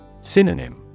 Synonym